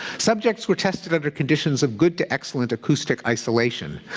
subjects were tested under conditions of good to excellent acoustic isolation,